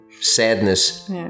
sadness